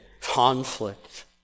conflict